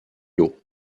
lot